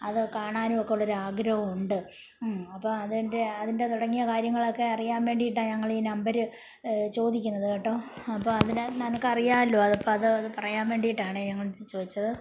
അത് കാണാനും ഒക്കെ ഉള്ള ഒരാഗ്രഹമുണ്ട് അപ്പം അതിന്റെ അതിന്റെ തുടങ്ങിയ കാര്യങ്ങളൊക്കെ അറിയാന് വേണ്ടിയിട്ടാണ് ഞങ്ങൾ നമ്പര് ചോദിക്കുന്നത് കേട്ടോ അപ്പോൾ അതിന് നിനക്കറിയാമല്ലൊ അതപ്പം അത് അത് പറയാൻ വേണ്ടിയിട്ടാണെ ഞങ്ങളിത് ചോദിച്ചത്